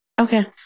Okay